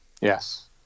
Yes